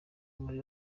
muri